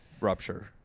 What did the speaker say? rupture